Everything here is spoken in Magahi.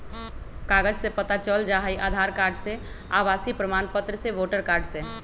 कागज से पता चल जाहई, आधार कार्ड से, आवासीय प्रमाण पत्र से, वोटर कार्ड से?